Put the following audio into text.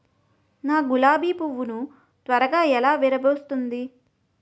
నా గులాబి పువ్వు ను త్వరగా ఎలా విరభుస్తుంది?